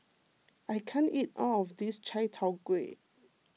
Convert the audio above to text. I can't eat all of this Chai Tow Kuay